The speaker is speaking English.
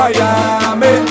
Miami